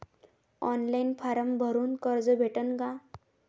Online form भरून कर्ज भेटन का?